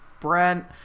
Brent